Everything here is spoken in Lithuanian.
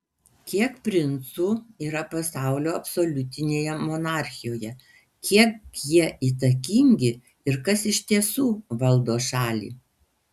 kiek princų yra pasaulio absoliutinėje monarchijoje kiek jie įtakingi ir kas iš tiesų valdo šalį